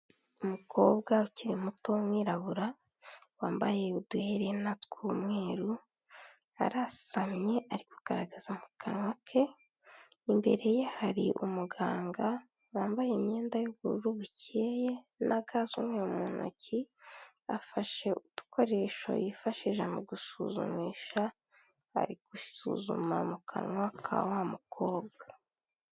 Umukobwa ukiri muto w'umwirabura, wambaye uduherena tw'umweru, arasamye ari kugaragaza mu kanwa ke, imbere ye hari umuganga wambaye imyenda y'ubururu bukeye na ga z'umwe mu ntoki, afashe udukoresho yifashisha mu gusuzumisha, ari gusuzuma mu kanwa ka wa mukobwa.